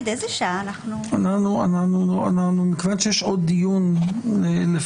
היושב ראש לעובדה שיש היום בחוק ההוצאה